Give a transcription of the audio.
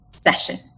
session